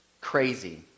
crazy